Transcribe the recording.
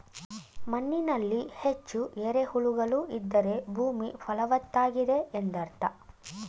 ಮಣ್ಣಿನಲ್ಲಿ ಹೆಚ್ಚು ಎರೆಹುಳುಗಳು ಇದ್ದರೆ ಭೂಮಿ ಫಲವತ್ತಾಗಿದೆ ಎಂದರ್ಥ